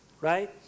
right